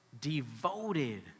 Devoted